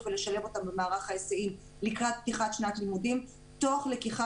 ולשלב אותם במערך ההיסעים לקראת פתיחת שנת הלימודים תוך לקיחה